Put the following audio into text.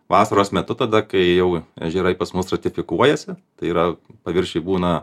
vasaros metu tada kai jau ežerai pas mus stratifikuojasi tai yra paviršiuj būna